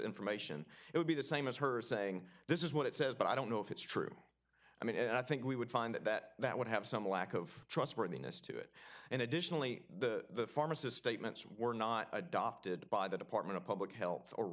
information it would be the same as her saying this is what it says but i don't know if it's true i mean i think we would find that that that would have some lack of trustworthiness to it and additionally the pharmacist statements were not adopted by the department of public health or